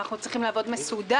אנחנו צריכים לעבוד באופן מסודר.